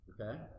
okay